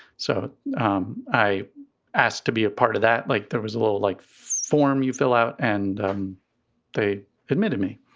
so i asked to be a part of that, like there was a little like form you fill out. and they admitted me.